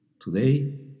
Today